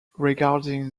regarding